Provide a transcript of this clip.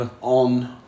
on